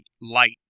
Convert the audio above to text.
light